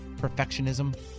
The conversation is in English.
perfectionism